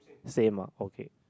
same ah okay